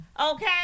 okay